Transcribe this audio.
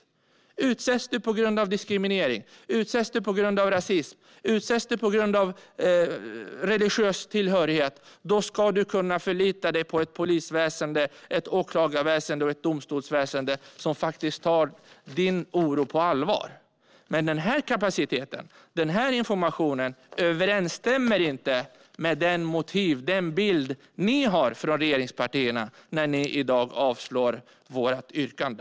Om man utsätts på grund av diskriminering, rasism eller religiös tillhörighet ska man kunna förlita sig på ett polisväsen, ett åklagarväsen och ett domstolsväsen som tar oron på allvar. Men den här kapaciteten, den informationen, överensstämmer inte med den bild som regeringspartierna har när de i dag avslår vårt yrkande.